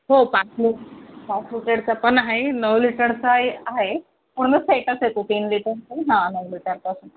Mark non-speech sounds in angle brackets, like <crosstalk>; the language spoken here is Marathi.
हो पाच लि पाच लिटरचा पण आहे नऊ लिटरचा ही आहे पूर्ण सेटच आहे तो तीन लिटर <unintelligible> हां नऊ लिटरपासून